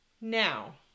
now